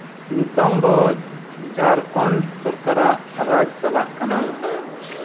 ᱱᱤᱛᱚᱝ ᱫᱚ ᱡᱷᱟᱲᱠᱷᱚᱸᱰ ᱥᱚᱨᱠᱟᱨᱟᱜ ᱨᱟᱡᱽ ᱪᱟᱞᱟᱜ ᱠᱟᱱᱟ